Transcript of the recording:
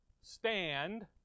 Stand